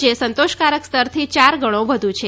જે સંતોષકારક સ્તરથી યાર ગણી વધુ છે